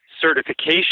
certification